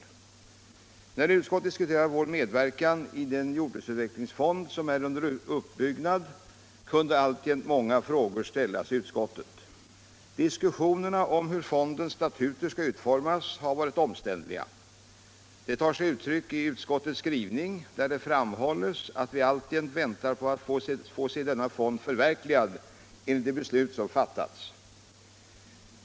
När utskottet diskuterade vår medverkan i denna jordbruksutvecklingsfond som är under uppbyggnad, kunde alltjämt många frågor ställas. Diskussionerna om hur fondens statuter skall utformas har varit omständliga. Detta tar sig uttryck i utskottets skrivning, där det framhålles att vi alltjämt väntar på att få se denna fond förverkligad enligt de beslut Internationellt utvecklingssamar som fattats.